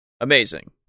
Amazing